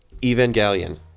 Evangelion